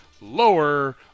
lower